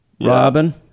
Robin